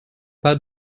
pas